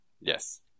Yes